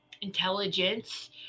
intelligence